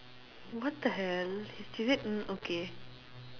what the hell she said hmm okay